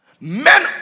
Men